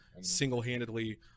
single-handedly